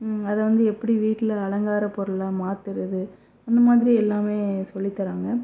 அதை வந்து எப்படி வீட்டில் அலங்கார பொருளாக மாற்றுறது இந்த மாதிரி எல்லாமே சொல்லி தராங்க